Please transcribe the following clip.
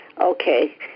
Okay